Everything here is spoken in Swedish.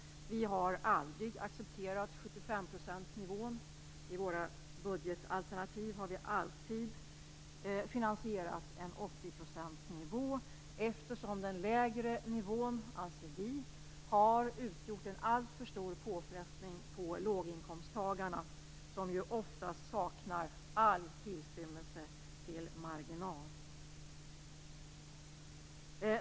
Vi har aldrig accepterat 75-procentsnivån. I våra budgetalternativ har vi alltid finansierat en 80-procentsnivå, eftersom vi anser att den lägre nivån har utgjort en alltför stor påfrestning på låginkomsttagarna, som oftast saknar all tillstymmelse till marginal.